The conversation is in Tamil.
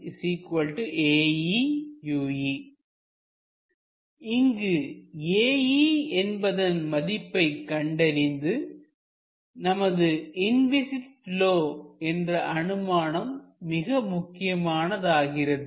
இங்கு Ae என்பதன் மதிப்பை கண்டறிய நமது இன்விஸிட் ப்லொ என்ற அனுமானம் மிக முக்கியமானதாகிறது